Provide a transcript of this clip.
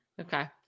Okay